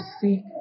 seek